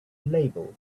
label